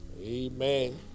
Amen